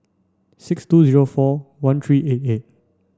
six two zero four one three eight eight